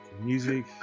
music